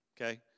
okay